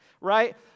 right